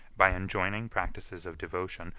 by enjoining practices of devotion,